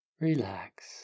relax